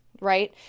Right